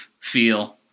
feel